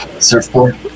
surfboard